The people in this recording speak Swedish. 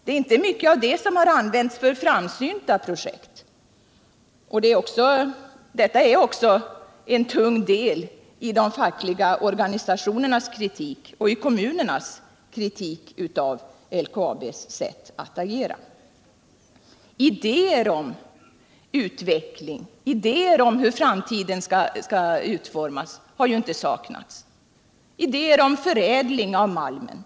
Det ärinte mycket av det som har använts för framsynta projekt. Detta är också en tung del i de fackliga organisationernas kritik och i kommunernas kritik av LKAB:s sätt att agera. Idéer om utveckling, idéer om hur framtiden skall utformas har inte saknats — t.ex. idéer om förädling av malmen.